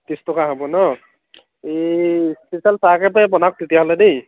ত্ৰিছ টকা হ'ব ন ইচপিচিয়েল চাহ একাপেই বনাওক তেতিয়া হ'লে দেই